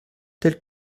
tels